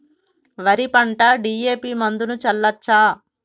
వరి పంట డి.ఎ.పి మందును చల్లచ్చా?